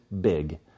Big